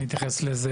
אני אתייחס לזה.